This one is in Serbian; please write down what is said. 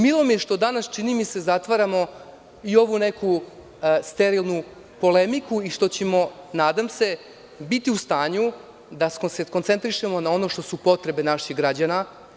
Milo mi je što danas, čini mi se, zatvaramo i ovu neku sterilnu polemiku i što ćemo, nadam se, biti u stanju da se skoncentrišemo na ono što su potrebe naših građana.